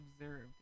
observed